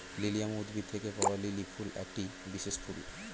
lilium উদ্ভিদ থেকে পাওয়া লিলি ফুল একটি বিশেষ ফুল